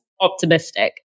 optimistic